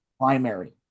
primary